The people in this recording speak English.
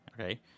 Okay